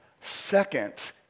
Second